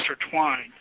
intertwined